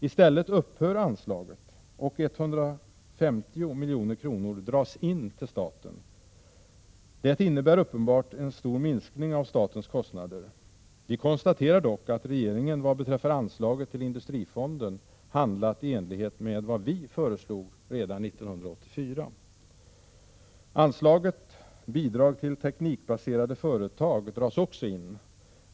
I stället upphör anslaget, och 150 milj.kr. dras in till staten. Det innebär uppenbarligen en stor minskning av statens kostnader. Vi konstaterar dock att regeringen vad beträffar anslaget till industrifonden handlar i enlighet med vad vi föreslog redan 1984. Anslaget Bidrag till teknikbaserade företag dras också in.